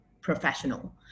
professional